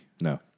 No